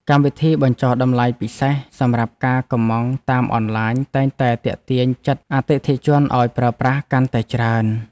កម្មវិធីបញ្ចុះតម្លៃពិសេសសម្រាប់ការកម្ម៉ង់តាមអនឡាញតែងតែទាក់ទាញចិត្តអតិថិជនឱ្យប្រើប្រាស់កាន់តែច្រើន។